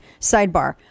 Sidebar